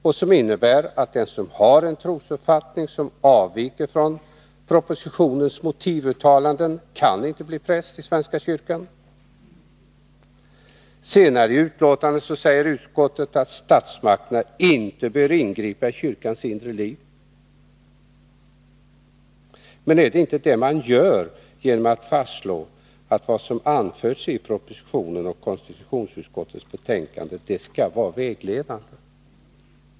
Detta innebär att den som har en trosuppfattning som avviker från propositionens motivuttalanden inte kan bli präst i svenska kyrkan. Senare säger utskottet att statsmakterna inte skallingripa i kyrkans inre liv. Men är det inte detta man gör genom att fastslå att det som anförts i propositionen och konstitutionsutskottets betänkande skall vara vägledande?